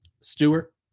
Stewart